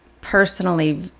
personally